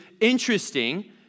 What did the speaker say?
interesting